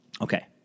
Okay